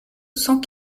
cent